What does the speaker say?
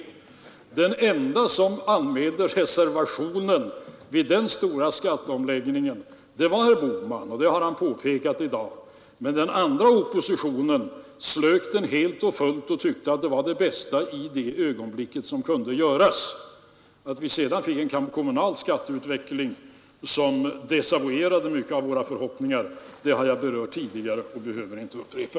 Den ende som anmälde reservation vid den stora skatteomläggningen var herr Bohman, och det har han påpekat i dag. Men de andra oppositionspartierna slök den helt och fullt och tyckte att det var det bästa som för ögonblicket kunde göras. Att vi sedan fick en kommunal skatteutveckling som desavuerade mycket av våra förhopp ningar har jag berört tidigare och behöver inte upprepa.